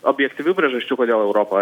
objektyvių priežasčių kodėl europa